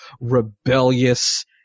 rebellious